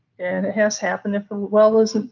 and it has happened. if a well is